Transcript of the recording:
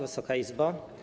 Wysoka Izbo!